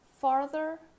farther